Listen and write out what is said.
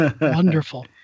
Wonderful